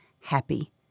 happy